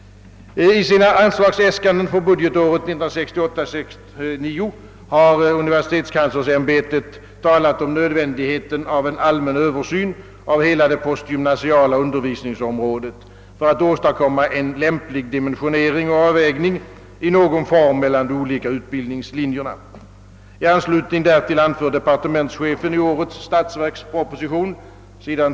I sina anslagsäskanden för budgetåret 1968/69 har universitetskanslersämbetet talat om nödvändigheten av en allmän översyn av hela det postgymnasiala undervisningsområdet för att åstadkomma en lämplig dimensionering och avvägning i någon form mellan de olika utbildningslinjerna. I anslutning därtill anför departementschefen i årets statsverksproposition, s.